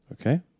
Okay